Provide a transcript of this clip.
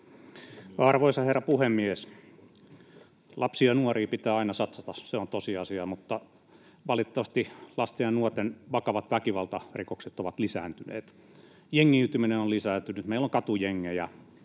Arvoisa herra puhemies! Lapsiin ja nuoriin pitää aina satsata, se on tosiasia, mutta valitettavasti lasten ja nuorten vakavat väkivaltarikokset ovat lisääntyneet. Jengiytyminen on lisääntynyt. Meillä on katujengejä.